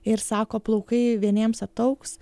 ir sako plaukai vieniems ataugs